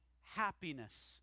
happiness